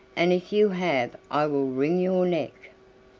and if you have i will wring your neck.